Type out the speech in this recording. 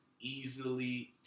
easily